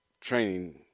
training